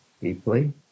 deeply